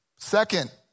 Second